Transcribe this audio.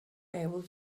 able